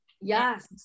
Yes